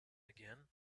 again